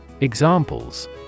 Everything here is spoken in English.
Examples